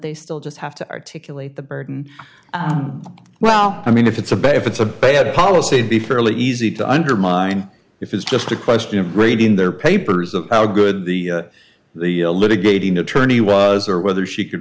they still just have to articulate the burden well i mean if it's a bad if it's a bad policy be fairly easy to undermine if it's just a question of grading their papers of how good the the litigating attorney was or whether she could